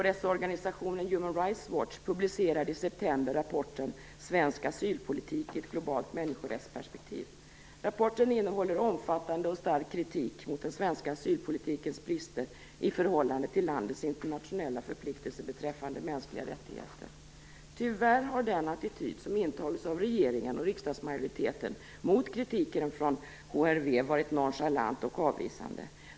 Rights Watch publicerade i september rapporten "Svensk asylpolitik i ett globalt människorättsperspektiv". Rapporten innehåller omfattande och stark kritik mot den svenska asylpolitikens brister i förhållande till landets internationella förpliktelser beträffande mänskliga rättigheter. Tyvärr har den attityd som intagits av regeringen och riksdagsmajoriteten mot kritiken från Human Rights Watch varit nonchalant och avvisande.